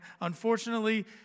unfortunately